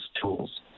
tools